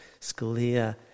Scalia